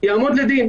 יעמוד לדין.